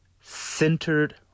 centered